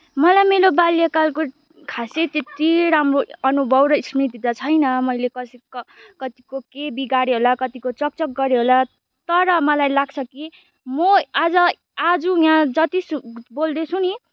मलाई मेरो बाल्यकालको खासै त्यति राम्रो अनुभव र स्मृति त छैन मैले कसैको कतिको के बिगारेँ होला कतिको चक्चक् गरेँ होला तर मलाई लाग्छ कि म आज आज यहाँ जतिसु बोल्दैछु नि